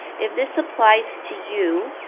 if this applies to you,